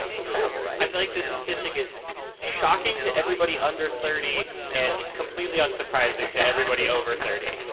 incredible, right? i feel like this statistic is shocking to everybody under thirty and completely unsurprising to everybody over thirty